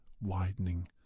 widening